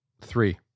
three